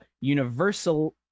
Universal